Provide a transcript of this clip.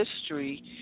history